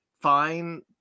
fine